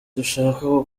dushaka